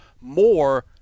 more